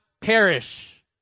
perish